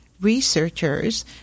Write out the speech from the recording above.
researchers